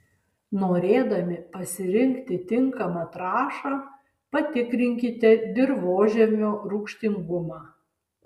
norėdami pasirinkti tinkamą trąšą patikrinkite dirvožemio rūgštingumą